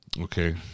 okay